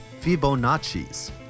Fibonacci's